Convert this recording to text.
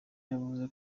yavuze